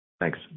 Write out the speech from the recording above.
Thanks